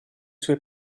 suoi